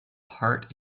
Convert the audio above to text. heart